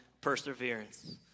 perseverance